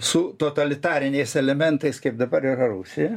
su totalitariniais elementais kaip dabar yra rusijoj